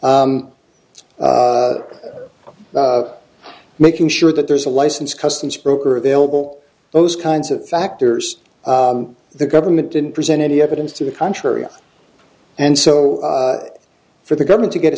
making sure that there's a license customs broker available those kinds of factors the government didn't present any evidence to the contrary and so for the government to get a